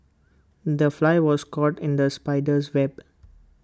the fly was caught in the spider's web